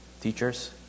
Teachers